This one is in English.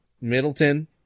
Middleton